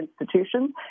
institutions